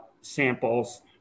samples